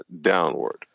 downward